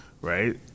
Right